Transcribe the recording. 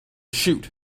shoot